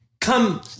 Come